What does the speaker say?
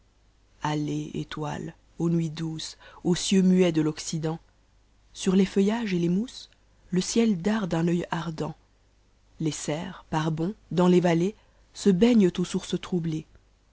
allez étoiles aux nuits douces aux deux muets de ï'occident sur les feautages et les mousses le soteh darde un ch ardent les cerfs par bonds dans les vauées se baignent aux sources troublées